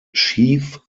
schief